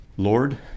Lord